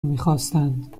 میخواستند